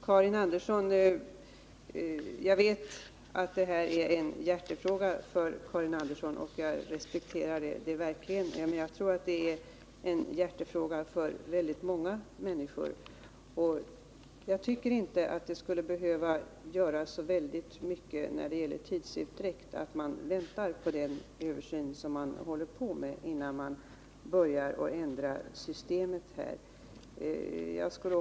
Jag vet att frågan om hemspråksträning för invandrarbarnen är en hjärtefråga för Karin Andersson, och jag respekterar det. Jag tror att den frågan är en hjärtefråga för väldigt många människor, men jag tycker ändå inte att det skulle behöva göra så mycket i fråga om tidsutdräkt att man väntar på resultatet av den översyn som pågår innan man diskuterar ändringar i systemet i det här avseendet.